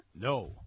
No